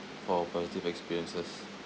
for positive experiences